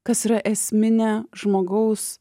kas yra esminė žmogaus